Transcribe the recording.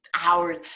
hours